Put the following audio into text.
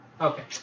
Okay